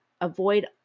avoid